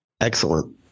Excellent